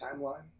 timeline